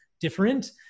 different